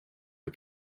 her